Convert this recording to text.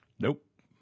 Nope